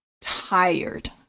tired